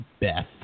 Beth